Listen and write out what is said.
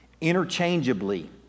interchangeably